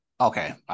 Okay